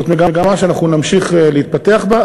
זאת מגמה שאנחנו נמשיך להתפתח בה,